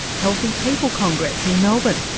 healthy people congress in melbourne.